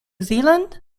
zealand